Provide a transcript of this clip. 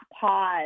pause